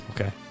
Okay